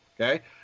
okay